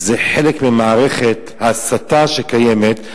זה חלק ממערכת ההסתה שקיימת.